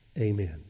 Amen